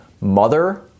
mother